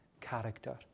character